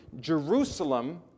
Jerusalem